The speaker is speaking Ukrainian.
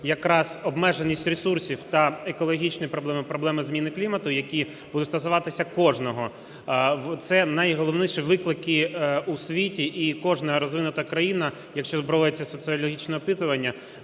якраз обмеженість ресурсів та екологічні проблеми, проблеми зміни клімату, які будуть стосуватися кожного, це найголовніші виклики у світі. І кожна розвинута країна, якщо проводиться соціологічне опитування